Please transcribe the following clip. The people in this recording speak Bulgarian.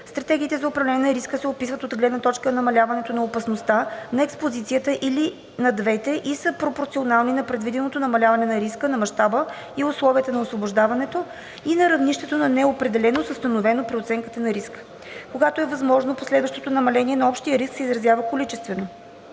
Стратегиите за управление на риска се описват от гледна точка на намаляването на опасността, на експозицията или на двете и са пропорционални на предвиденото намаляване на риска, на мащаба и условията на освобождаването и на равнището на неопределеност, установено при оценка на риска. Когато е възможно, последващото намаление на общия риск се изразява количествено.